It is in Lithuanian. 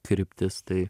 kryptis tai